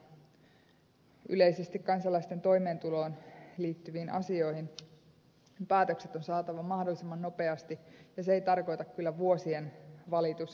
toimintaan yleisesti kansalaisten toimeentuloon liittyviin asioihin päätökset on saatava mahdollisimman nopeasti ja se ei tarkoita kyllä vuosien valitus ja käsittelyaikoja